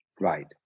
Right